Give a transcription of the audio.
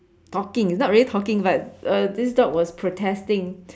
talking it's not really talking but uh this dog was protesting